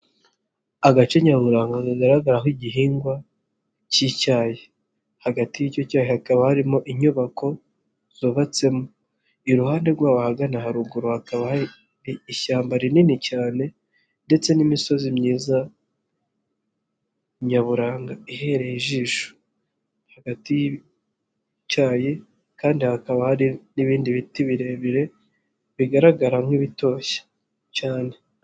Agace nyaburanga kagaragaraho nk igihingwa cy'icyayi, hagati y'icyo cyayi hakaba harimo inyubako zubatsemo, iruhande rwawo ahagana haruguru hakaba ishyamba rinini cyane ndetse n'imisozi myiza nyaburanga ihereye ijisho, hagati y'icyayi kandi hakaba hari n'ibindi biti birebire bigaragara nk'ibitoshye cyane.